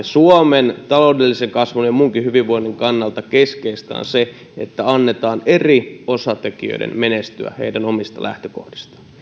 suomen taloudellisen kasvun ja ja muunkin hyvinvoinnin kannalta keskeistä on se että annetaan eri osatekijöiden menestyä heidän omista lähtökohdistaan